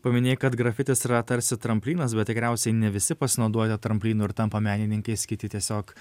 paminėjai kad grafitis yra tarsi tramplynas bet tikriausiai ne visi pasinaudoja tramplynu ir tampa menininkais kiti tiesiog